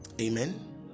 amen